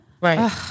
right